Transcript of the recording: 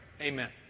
Amen